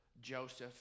Joseph